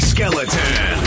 Skeleton